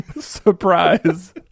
Surprise